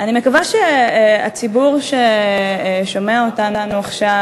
אני מקווה שהציבור ששומע אותנו עכשיו,